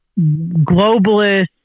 globalist